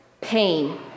pain